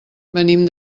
venim